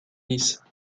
miss